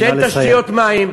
שאין תשתיות מים?